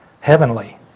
heavenly